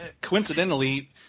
coincidentally